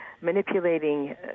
manipulating